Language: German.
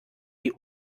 die